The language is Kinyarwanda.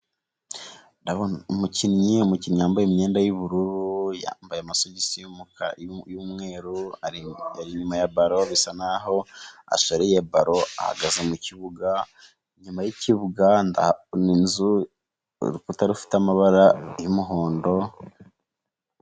Ndabona umukinnyi, umukinnyi wambaye imyenda y'ubururu, yambaye amasogisi y'umweru, ari inyuma ya baro bisa naho ashoreye baro, ahagaze mu kibuga inyuma y'ikibuga hari urukuta rufite amabara y'umuhondo.